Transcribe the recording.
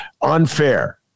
unfair